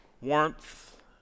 warmth